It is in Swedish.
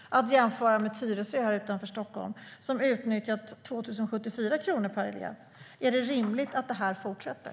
Det kan jämföras med Tyresö utanför Stockholm, som har utnyttjat 2 074 kronor per elev. Är det rimligt att det här fortsätter?